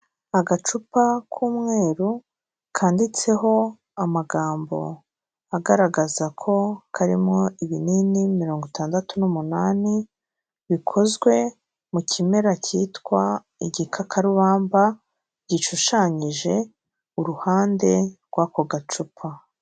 Agacupa k'umweru kanditseho amagambo agaragaza ko karimo ibinini mirongo itandatu n'umunani bikozwe mu kimera cyitwa igikakarubamba, gishushanyije iruhande rw'ako gacupa.